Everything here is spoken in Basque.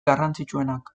garrantzitsuenak